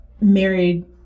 married